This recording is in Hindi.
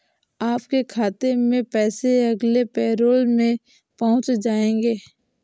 आपके खाते में पैसे अगले पैरोल में पहुँच जाएंगे